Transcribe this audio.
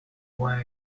where